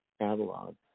catalog